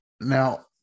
Now